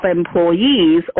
employees